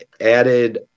added